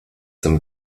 dem